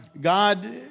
God